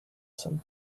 some